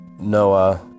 Noah